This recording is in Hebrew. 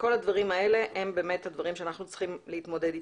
כל הדברים האלה הם באמת הדברים שאנחנו צריכים להתמודד איתם,